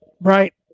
Right